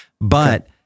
But-